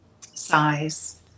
size